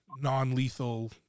non-lethal